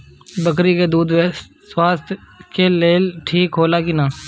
बकरी के दूध स्वास्थ्य के लेल ठीक होला कि ना?